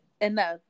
enough